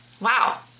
Wow